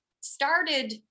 started